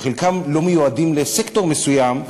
חלקם לא מיועדים לסקטור מסוים,